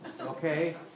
okay